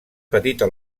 petita